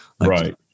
right